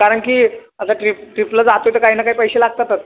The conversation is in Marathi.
कारण की आता ट्रिप ट्रिपला जातोय तर काहीं ना काही पैसे लागतातच